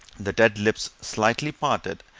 the dead lips slightly parted,